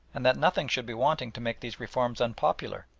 and that nothing should be wanting to make these reforms unpopular,